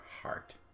heart